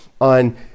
on